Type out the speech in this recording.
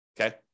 okay